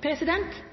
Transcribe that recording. Huitfeldt